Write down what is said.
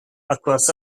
across